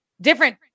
different